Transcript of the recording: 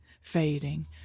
fading